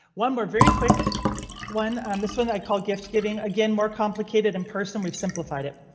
one more very quick one on this one. i called gift giving again more complicated and personal. we've simplified it.